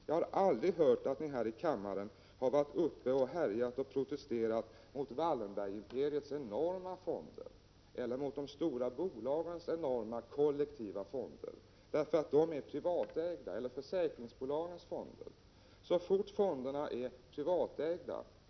Jag har aldrig hört att ni här i kammaren varit uppe och härjat och protesterat mot Wallenbergimperiets enorma fonder eller mot de stora bolagens enorma kollektiva fonder eller försäkringsbolagens fonder, därför att de är privatägda.